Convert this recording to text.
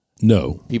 No